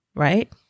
right